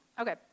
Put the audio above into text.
Okay